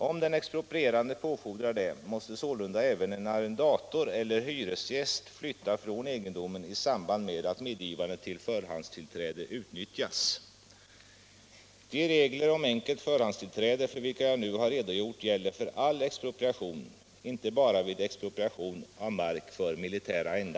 Om den exproprierande påfordrar det måste sålunda även en arrendator eller hyresgäst gäller för all expropriation, inte bara vid expropriation av mark för militära